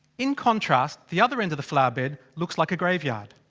in contrast, the other end of the flowerbed, looks like a graveyard.